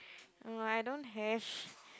mm I don't have